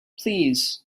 please